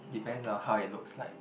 depends on how it looks like